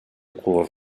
color